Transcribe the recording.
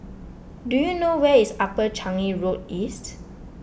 do you know where is Upper Changi Road East